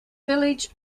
village